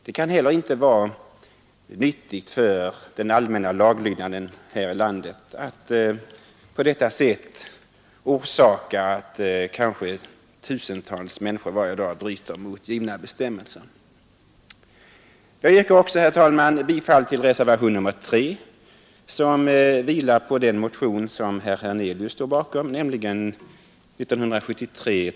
Det kan heller inte vara nyttigt för den allmänna laglydnadeh i landet att på detta sätt orsaka att kanske tusentals människor varje dag bryter mot givna bestämmelser. Jag yrkar också, herr talman, bifall till reservationen 3 som vilar på motionen 311 av herr Hernelius.